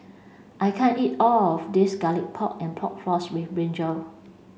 I can't eat all of this garlic pork and pork floss with